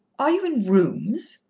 are you in rooms?